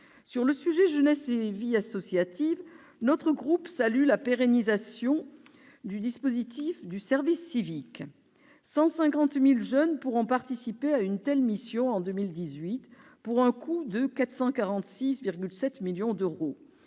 thématique « Jeunesse et vie associative », notre groupe salue la pérennisation du dispositif du service civique. Ainsi, 150 000 jeunes pourront participer à une telle mission en 2018, pour un coût de 446,7 millions d'euros.